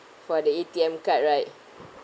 for the A_T_M card right